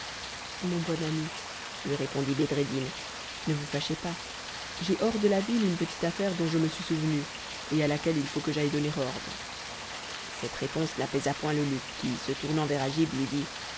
mon bon ami lui répondit bedreddin ne vous fâchez pas j'ai hors de la ville une petite affaire dont je me suis souvenu et à laquelle il faut que j'aille donner ordre cette réponse n'apaisa point l'eunuque qui se tournant vers agib lui dit